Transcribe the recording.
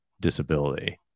disability